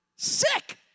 Sick